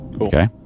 Okay